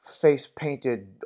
face-painted